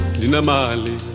dinamali